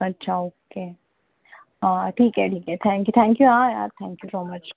अच्छा ओके ठीक आहे ठीक आहे थँक्यू थँक्यू हां यार थँक्यू सो मच